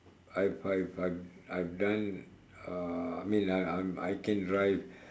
I've I've I've I've done uh I mean that I'm I I can drive